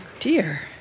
Dear